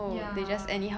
ya